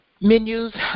menus